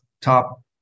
top